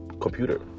computer